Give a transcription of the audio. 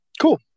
Cool